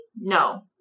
No